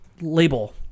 label